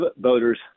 voters